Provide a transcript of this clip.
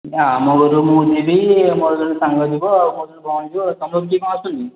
ନା ଆମ ଘରୁ ମୁଁ ଯିବି ମୋର ଜଣେ ସାଙ୍ଗ ଯିବ ଆଉ ମୋର ଜଣେ ଭଉଣୀ ଯିବ ତୁମ ଘରୁ କିଏ କ'ଣ ଆସୁଛି